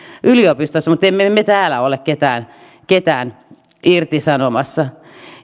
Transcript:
yliopistoissa mutta emme me me täällä ole ketään ketään irtisanomassa